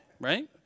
right